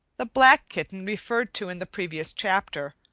the black kitten referred to in the previous chapter,